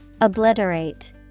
Obliterate